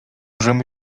możemy